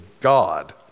God